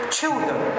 children